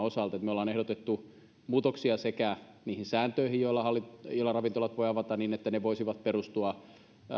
osalta me olemme ehdottaneet muutoksia niihin sääntöihin joilla ravintolat voi avata niin että ne voisivat perustua